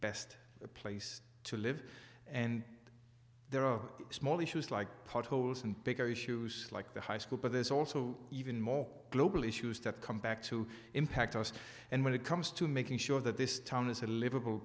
best place to live and there are small issues like potholes and bigger issues like the high school but there's also even more global issues that come back to impact us and when it comes to making sure that this town is a li